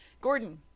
Gordon